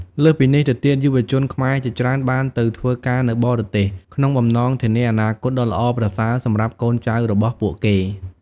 លើសពីនេះទៅទៀតយុវជនខ្មែរជាច្រើនបានទៅធ្វើការនៅបរទេស ក្នុងបំណងធានាអនាគតដ៏ល្អប្រសើរសម្រាប់កូនចៅរបស់ពួកគេ។